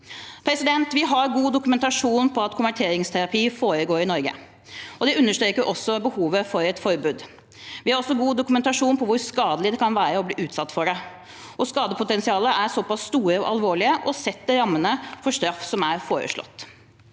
2023 Vi har god dokumentasjon på at konverteringsterapi foregår i Norge, og det understreker også behovet for et forbud. Vi har også god dokumentasjon på hvor skadelig det kan være å bli utsatt for det. Skadepotensialet er såpass stort og alvorlig og setter rammene for straff som er foreslått.